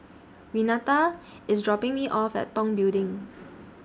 Renata IS dropping Me off At Tong Building